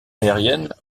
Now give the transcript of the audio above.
aérienne